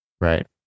right